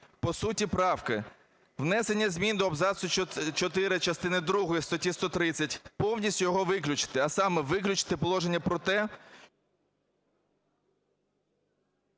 По суті правки. Внесення змін до абзацу чотири частини другої статті 130 – повністю його виключити, а саме виключити положення про те…